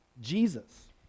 Jesus